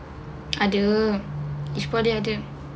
ada each poly ada